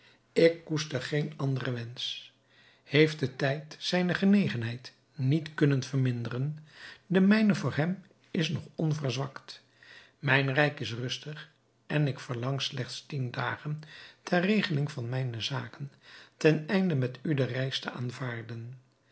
ik koester geen anderen wensch heeft de tijd zijne genegenheid niet kunnen verminderen de mijne voor hem is nog onverzwakt mijn rijk is rustig en ik verlang slechts tien dagen ter regeling van mijne zaken ten einde met u de reis te aanvaarden